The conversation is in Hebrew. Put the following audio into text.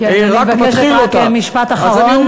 אני, כן, אני מבקשת רק משפט אחרון.